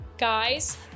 Guys